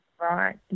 right